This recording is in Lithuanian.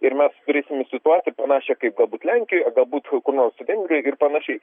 ir mes turėsime situaciją panašią kaip galbūt lenkijoj galbūt kur nors vengrijoje ir panašiai